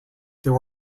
there